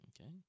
Okay